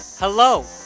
Hello